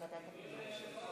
לוועדת הפנים והגנת הסביבה נתקבלה.